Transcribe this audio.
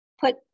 put